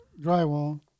drywall